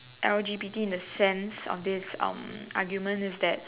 L_G_B_T in a sense of this um argument is that